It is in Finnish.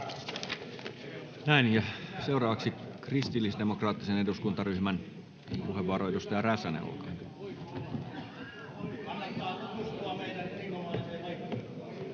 Näin. — Ja seuraavaksi kristillisdemokraattisen eduskuntaryhmän puheenvuoro. — Edustaja Räsänen,